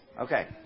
Okay